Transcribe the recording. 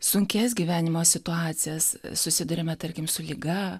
sunkias gyvenimo situacijas susiduriame tarkim su liga